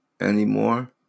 anymore